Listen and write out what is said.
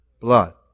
blood